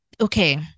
Okay